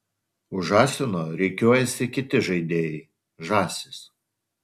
už žąsino rikiuojasi kiti žaidėjai žąsys